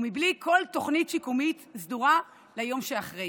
ובלי כל תוכנית שיקומית סדורה ליום שאחרי.